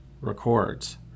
records